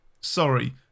sorry